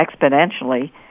exponentially